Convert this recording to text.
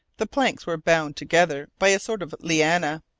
the planks were bound together by a sort of liana,